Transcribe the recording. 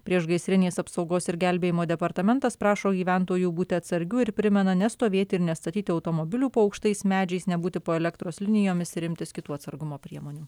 priešgaisrinės apsaugos ir gelbėjimo departamentas prašo gyventojų būti atsargių ir primena nestovėti ir nestatyti automobilių po aukštais medžiais nebūti po elektros linijomis ir imtis kitų atsargumo priemonių